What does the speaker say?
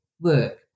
work